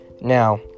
now